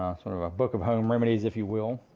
um sort of a book of home remedies, if you will.